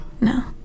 No